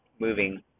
moving